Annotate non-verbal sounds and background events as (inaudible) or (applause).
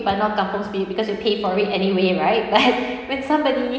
but not kampung spirit because you pay for it anyway right (laughs) but with somebody